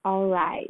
alright